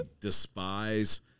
despise